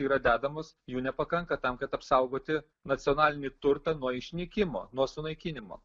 yra dedamos jų nepakanka tam kad apsaugoti nacionalinį turtą nuo išnykimo nuo sunaikinimo